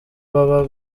baba